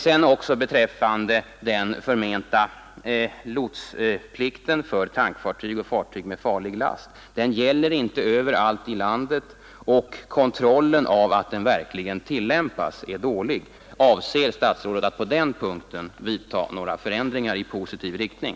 Den omnämnda lotsplikten för tankfartyg och fartyg med farlig last gäller inte överallt i landet, och kontrollen av att den verkligen tillämpas är dålig. Avser statsrådet att på den punkten vidta några förändringar i positiv riktning?